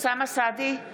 אוסאמה סעדי,